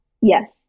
Yes